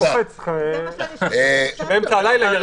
יש לו חשמל שקופץ באמצע הלילה.